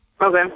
Okay